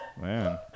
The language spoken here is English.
Man